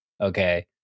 Okay